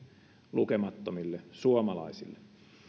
lukemattomille suomalaisille